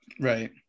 Right